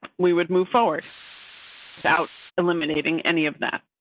we would move forward without eliminating any of that.